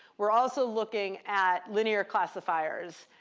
we're also looking at linear classifiers.